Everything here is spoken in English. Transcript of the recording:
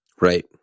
right